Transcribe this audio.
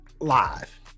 live